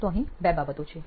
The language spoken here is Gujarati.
તો અહીં બે બાબતો છે